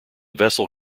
vessel